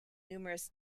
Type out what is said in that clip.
numerous